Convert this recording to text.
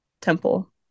Temple